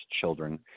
children